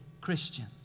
Christians